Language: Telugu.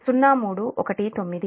వస్తుంది